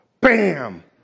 Bam